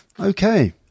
Okay